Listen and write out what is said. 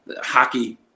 hockey